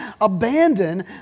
abandon